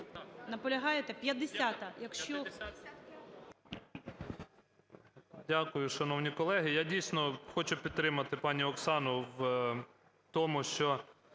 Наполягаєте? 50-а.